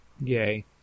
Yay